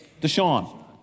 Deshaun